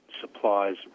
supplies